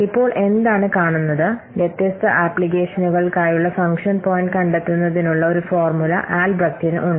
ഇപ്പോൾ എന്താണ് കാണുന്നത് വ്യത്യസ്ത ആപ്ലിക്കേഷനുകൾക്കായുള്ള ഫംഗ്ഷൻ പോയിന്റ് കണ്ടെത്തുന്നതിനുള്ള ഒരു ഫോർമുല ആൽബ്രെക്ടിനു ഉണ്ട്